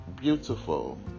beautiful